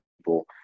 people